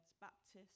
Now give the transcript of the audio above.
Baptist